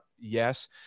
Yes